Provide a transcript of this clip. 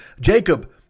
Jacob